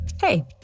hey